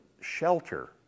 shelter